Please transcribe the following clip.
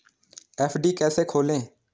FD कैसे खोलें?